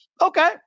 okay